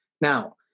Now